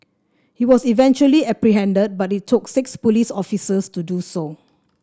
he was eventually apprehended but it took six police officers to do so